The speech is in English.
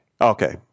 okay